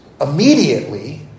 immediately